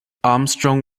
armstrong